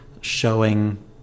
showing